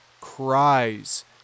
cries